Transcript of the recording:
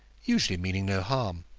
usually meaning no harm.